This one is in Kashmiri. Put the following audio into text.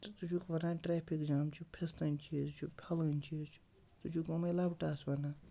ژٕ چھُکھ وَنان ٹرٛیفِک جام چھِ فِستٲنۍ چیٖز چھُ پھَلٲنۍ چیٖز چھُ ژٕ چھُکھ أمَے لَبہٕ ٹاس وَنان